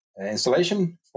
installation